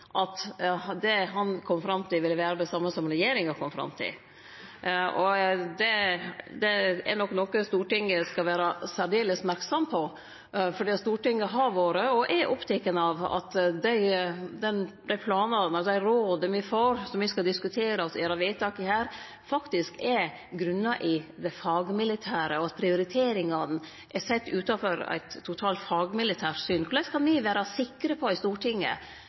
at det han ville ha kome fram til, ville vere det same som det regjeringa hadde kome fram til. Det er nok noko Stortinget skal vere særdeles merksam på, for me i Stortinget har vore og er opptekne av at dei planane og dei råda me får, som me skal diskutere og gjere vedtak om her, er grunna i det fagmilitære, og at prioriteringane er sett ut frå eit totalt fagmilitært syn. Korleis kan me i Stortinget vere sikre på,